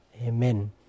Amen